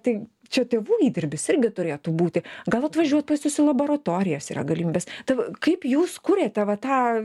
tai čia tėvų įdirbis irgi turėtų būti gal atvažiuot pas jus į laboratorijas yra galimybės tai va kaip jūs kuriate va tą